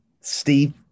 Steve